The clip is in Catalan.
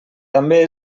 també